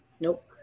Nope